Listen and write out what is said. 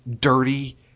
dirty